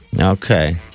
okay